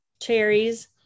cherries